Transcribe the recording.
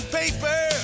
paper